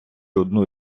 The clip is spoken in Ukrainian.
одну